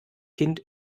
kind